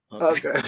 okay